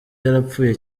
yarapfuye